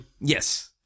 yes